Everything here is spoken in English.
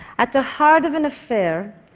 at the heart of an affair,